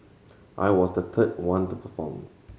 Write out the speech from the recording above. I was the third one to perform